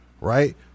right